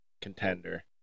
contender